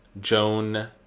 Joan